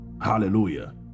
Hallelujah